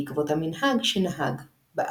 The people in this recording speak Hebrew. בעקבות המנהג שנהג בארץ.